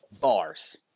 Bars